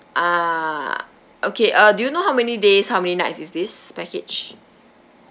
ah okay uh do you know how many days how many nights is this package